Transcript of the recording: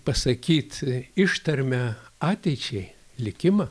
pasakyt ištarmę ateičiai likimą